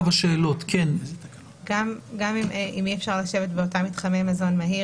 גם אם אי אפשר לשבת באותם מתחמי מזון מהיר,